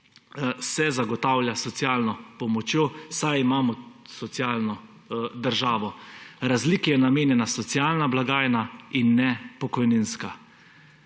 so zagotavlja s socialno pomočjo, saj imamo socialno državo. Razliki je namenjena socialna blagajna in ne pokojninska.